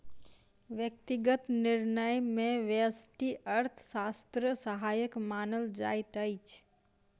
व्यक्तिगत निर्णय मे व्यष्टि अर्थशास्त्र सहायक मानल जाइत अछि